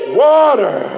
water